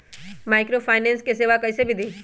Microfinance के सेवा कइसे विधि?